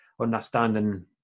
understanding